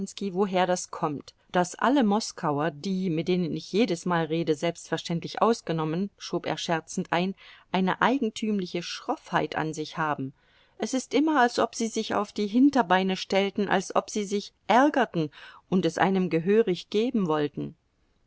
woher das kommt daß alle moskauer die mit denen ich jedesmal rede selbstverständlich ausgenommen schob er scherzend ein eine eigentümliche schroffheit an sich haben es ist immer als ob sie sich auf die hinterbeine stellten als ob sie sich ärgerten und es einem gehörig geben wollten